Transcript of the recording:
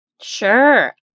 Sure